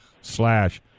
slash